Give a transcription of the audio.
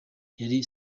yari